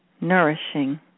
Nourishing